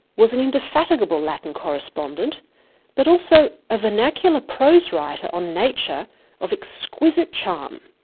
was an indefatigable latin correspondent but also a vernacular prose writer on nature of exquisite charm.